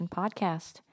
podcast